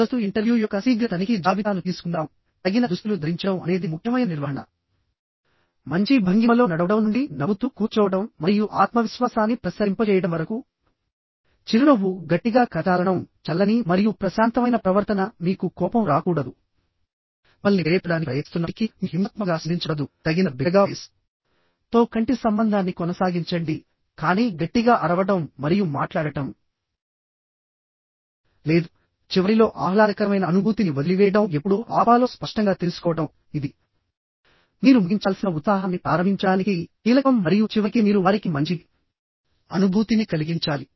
ముందస్తు ఇంటర్వ్యూ యొక్క శీఘ్ర తనిఖీ జాబితాను తీసుకుందాం తగిన దుస్తులు ధరించడం అనేది ముఖ్యమైన నిర్వహణ మంచి భంగిమలో నడవడం నుండి నవ్వుతూ కూర్చోవడం మరియు ఆత్మవిశ్వాసాన్ని ప్రసరింపజేయడం వరకు చిరునవ్వు గట్టిగా కరచాలనం చల్లని మరియు ప్రశాంతమైన ప్రవర్తన మీకు కోపం రాకూడదు మిమ్మల్ని ప్రేరేపించడానికి ప్రయత్నిస్తున్నప్పటికీ మీరు హింసాత్మకంగా స్పందించకూడదు తగినంత బిగ్గరగా వాయిస్ తో కంటి సంబంధాన్ని కొనసాగించండి కానీ గట్టిగా అరవడం మరియు మాట్లాడటం లేదు చివరిలో ఆహ్లాదకరమైన అనుభూతిని వదిలివేయడం ఎప్పుడు ఆపాలో స్పష్టంగా తెలుసుకోవడం ఇది మీరు ముగించాల్సిన ఉత్సాహాన్ని ప్రారంభించడానికి కీలకం మరియు చివరికి మీరు వారికి మంచి అనుభూతిని కలిగించాలి